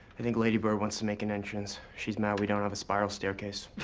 i think lady bird wants to make an entrance. she's mad we don't have a spiral staircase.